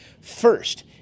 First